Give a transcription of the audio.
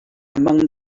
among